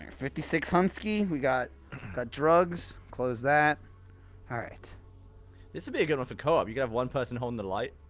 fifty-six-hunsky, we got got drugs, close that alright this would be a good one for co-op, you could have one person holding the light.